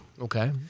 Okay